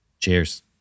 Cheers